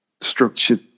structured